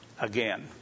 again